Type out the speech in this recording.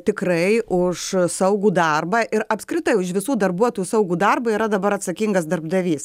tikrai už saugų darbą ir apskritai už visų darbuotojų saugų darbą yra dabar atsakingas darbdavys